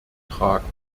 tragen